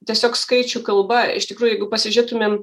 tiesiog skaičių kalba iš tikrųjų jeigu pasižiūrėtumėm